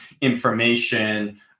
information